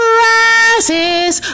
rises